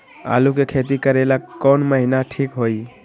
आलू के खेती करेला कौन महीना ठीक होई?